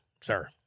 sir